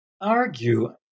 argue